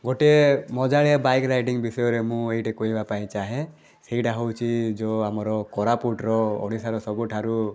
ଗୋଟିଏ ମଜାଳିଆ bike riding ବିଷୟରେ ମୁଁ ଏଇଠି କହିବା ପାଇଁ ଚାହେଁ ସେଇଟା ହେଉଛି ଯେଉଁ ଆମର କୋରାପୁଟର ଓଡ଼ିଶାର ସବୁଠାରୁ